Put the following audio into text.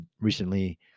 recently